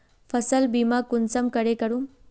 फसल बीमा कुंसम करे करूम?